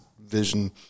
vision